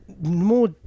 more